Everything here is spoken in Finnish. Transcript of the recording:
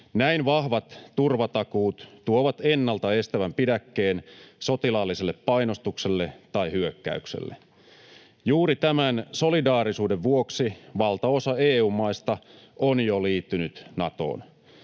Näin vahvat turvatakuut tuovat ennalta estävän pidäkkeen sotilaalliselle painostukselle tai hyökkäykselle. Juuri tämän solidaarisuuden vuoksi valtaosa EU-maista on jo liittynyt Natoon.